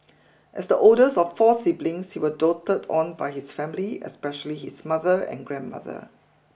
as the oldest of four siblings he were doted on by his family especially his mother and grandmother